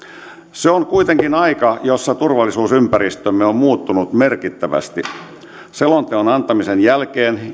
se on kuitenkin aika jossa turvallisuusympäristömme on muuttunut merkittävästi selonteon antamisen jälkeen